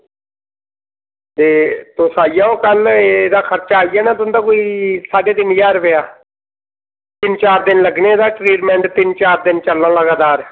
ते तुस आई जाओ कल एह्दा खर्चा आई जाना कोई साड्डे तिन ज्हार रपेआ तिन चार दिन लग्गने एह्दा ट्रीटमेंट तिन चार चलना लगातार